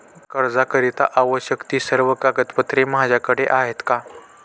कर्जाकरीता आवश्यक ति सर्व कागदपत्रे माझ्याकडे आहेत का?